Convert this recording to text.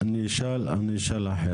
אני אשאל אחרת.